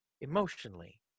Emotionally